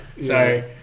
Sorry